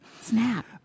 Snap